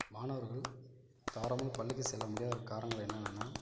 மாணவர்கள் தாராளமாக பள்ளிக்கு செல்ல முடியாத காரணங்கள் என்னென்னானால்